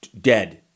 dead